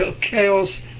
chaos